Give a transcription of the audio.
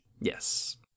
Yes